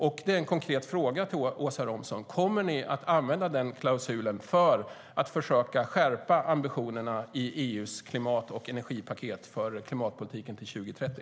Min konkreta fråga till klimat och miljöminister Åsa Romson är: Kommer ni att använda den klausulen för att försöka skärpa ambitionerna i EU:s klimat och energipaket för klimatpolitiken till 2030?